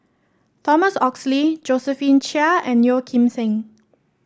Thomas Oxley Josephine Chia and Yeo Kim Seng